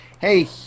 Hey